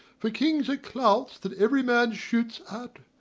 for kings are clouts that every man shoots at,